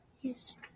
Yes